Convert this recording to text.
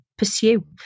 Pursue